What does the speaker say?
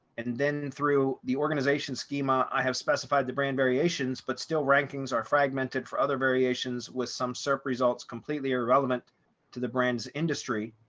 and then through the organization schema, i have specified the brand variations. but still rankings are fragmented for other variations with some search results completely irrelevant to the brand's industry.